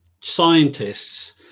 scientists